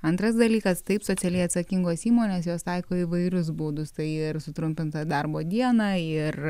antras dalykas taip socialiai atsakingos įmonės jos taiko įvairius būdus tai ir sutrumpintą darbo dieną ir